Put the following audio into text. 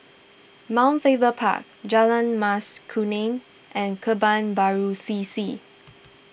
Mount Faber Park Jalan Mas Kuning and Kebun Baru C C